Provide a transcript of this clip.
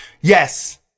yes